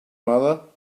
mother